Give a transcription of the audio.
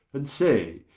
and say,